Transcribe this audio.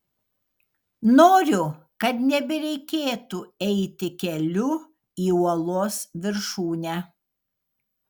noriu kad nebereikėtų eiti keliu į uolos viršūnę